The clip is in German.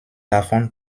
davon